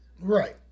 right